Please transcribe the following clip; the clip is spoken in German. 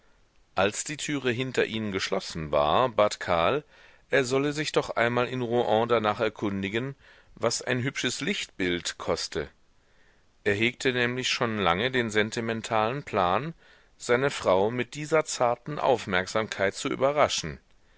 als die türe hinter ihnen geschlossen war bat karl er solle sich doch einmal in rouen danach erkundigen was ein hübsches lichtbild koste er hegte nämlich schon lange den sentimentalen plan seine frau mit dieser zarten aufmerksamkeit zu überraschen